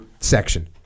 section